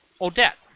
Odette